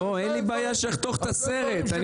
אין לי בעיה שיחתוך את הסרט,